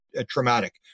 traumatic